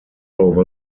over